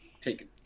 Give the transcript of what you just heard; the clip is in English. taken